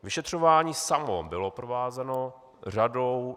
Vyšetřování samo bylo provázeno řadou...